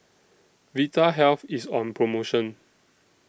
Vitahealth IS on promotion